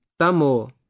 Tamo